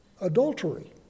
adultery